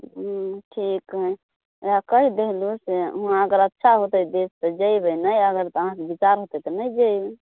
हुँ ठीक हइ वएह कहि देलहुँ से वहाँ अगर अच्छा होतै देश तऽ जेबै ने अगर अहाँके विचार हेतै तऽ नहि जेबै